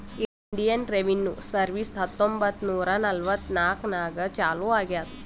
Indian revenue service ಹತ್ತೊಂಬತ್ತ್ ನೂರಾ ನಲ್ವತ್ನಾಕನಾಗ್ ಚಾಲೂ ಆಗ್ಯಾದ್